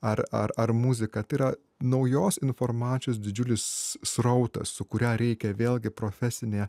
ar ar ar muzika tai yra naujos informacijos didžiulis srautas su kurią reikia vėlgi profesine